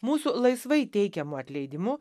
mūsų laisvai teikiamu atleidimu